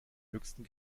höchsten